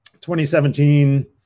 2017